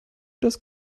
das